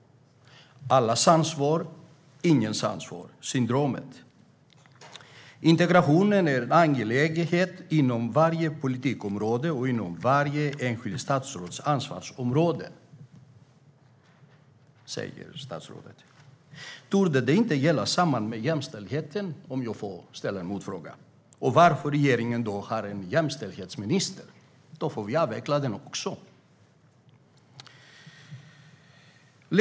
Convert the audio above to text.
Allas ansvar är ingens ansvar - det är syndromet. Integrationen är en angelägenhet inom varje politikområde och inom varje enskilt statsråds ansvarsområde, säger statsrådet. Torde inte detsamma gälla jämställdheten, om jag får ställa en motfråga? Varför har regeringen då en jämställdhetsminister? I så fall borde vi avveckla också den.